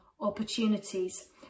opportunities